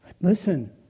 Listen